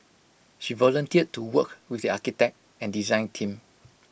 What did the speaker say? she volunteered to work with the architect and design team